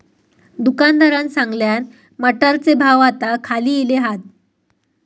दुकानदारान सांगल्यान, मटारचे भाव आता खाली इले हात